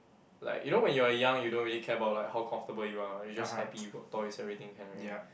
like you know when you are young you don't really care about like how comfortable you are you just happy work toys everything can already